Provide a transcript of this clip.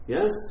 Yes